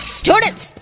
students